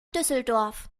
düsseldorf